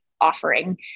offering